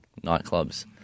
nightclubs